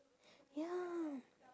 ya